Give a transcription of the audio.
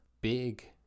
big